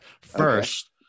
first